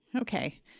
Okay